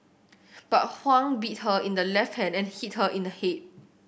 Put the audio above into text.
but Huang bit her in the left hand and hit her in the head